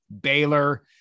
Baylor